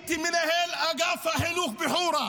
הייתי מנהל אגף החינוך בחורה.